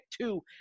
two